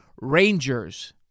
Rangers